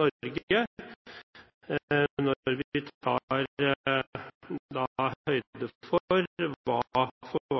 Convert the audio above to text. Norge når vi tar høyde for